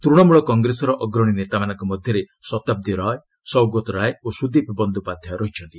ତ୍ତ୍ଣମଳ କଂଗ୍ରେସର ଅଗ୍ରଣୀ ନେତାମାନଙ୍କ ମଧ୍ୟରେ ସତାବ୍ଦୀ ରାୟ ସୌଗତ ରାୟ ଓ ସୁଦୀପ ବନ୍ଦୋପାଧ୍ୟାୟ ରହିଛନ୍ତି